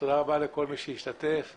תודה רבה לכל מי שהשתתף בדיון.